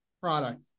product